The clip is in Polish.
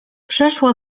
przeszło